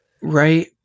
right